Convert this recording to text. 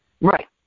Right